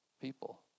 people